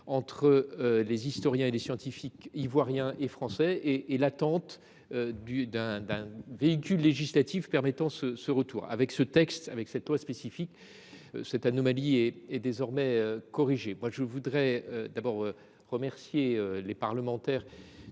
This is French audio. entre les historiens et les scientifiques ivoiriens et français, et l'attente d'un véhicule législatif permettant ce retour. Avec ce texte, avec cette loi spécifique, cette anomalie est désormais corrigée. Moi je voudrais d'abord remercier les parlementaires